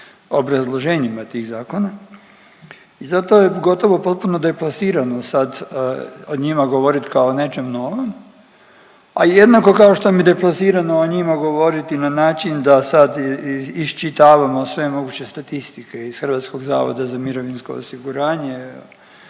u obrazloženjima tih zakona i zato je gotovo potpuno deplasirano sad o njima govorit kao nečem novom, a i jednako kao što mi je deplasirano o njima govoriti na način da sad iščitavamo sve moguće statistike iz HZMO-a o ovakvim ili onakvim